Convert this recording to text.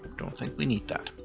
don't think we need that.